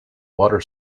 water